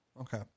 okay